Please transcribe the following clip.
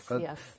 yes